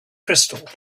crystal